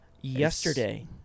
yesterday